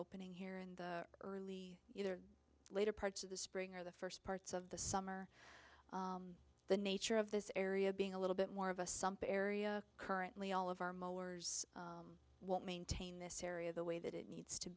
opening here in the early either later parts of the spring or the first parts of the summer the nature of this area being a little bit more of a sump area currently all of our mowers won't maintain this area the way that it needs to